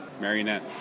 Marionette